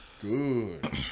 good